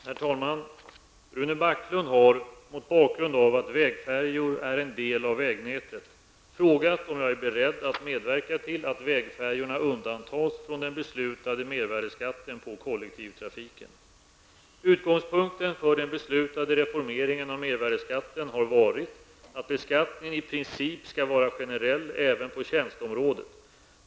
Herr talman! Rune Backlund har, mot bakgrund av att vägfärjor är en del av vägnätet, frågat om jag är beredd att medverka till att vägfärjorna undantas från den beslutade mervärdeskatten på kollektivtrafiken. Utgångspunkten för den beslutade reformeringen av mervärdeskatten har varit att beskattningen i princip skall vara generell även på tjänsteområdet.